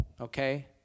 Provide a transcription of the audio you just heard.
okay